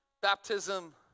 baptism